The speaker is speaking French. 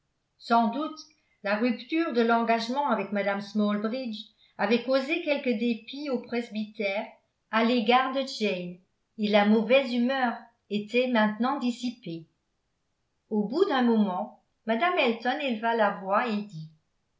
sans doute la rupture de l'engagement avec mme smalbridge avait causé quelque dépit au presbytère à l'égard de jane et la mauvaise humeur était maintenant dissipée au bout d'un moment mme elton éleva la voix et dit